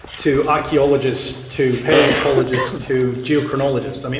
to archaeologists, to palaeontologists, to geochronologists. i mean,